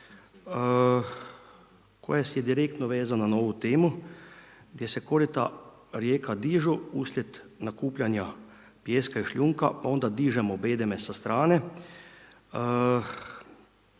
koja je direktno vezana na ovu temu gdje se korita rijeka dižu uslijed nakupljanja pijeska i šljunka, pa onda dižemo bedeme sa strane.